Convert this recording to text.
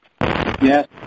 Yes